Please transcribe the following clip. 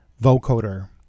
vocoder